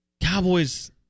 Cowboys